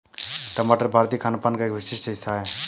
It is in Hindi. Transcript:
टमाटर भारतीय खानपान का एक विशिष्ट हिस्सा है